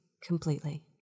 completely